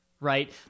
right